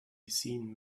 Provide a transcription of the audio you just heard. seen